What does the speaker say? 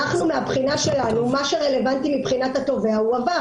מהבחינה שלנו מה שרלוונטי מבחינת התובע הועבר.